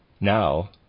Now